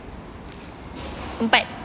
empat